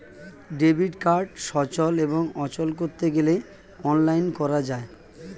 debit card সচল এবং অচল করতে গেলে অনলাইন করা যায়